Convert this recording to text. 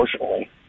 emotionally